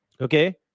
Okay